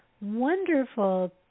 wonderful